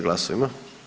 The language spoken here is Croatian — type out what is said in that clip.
Glasujmo.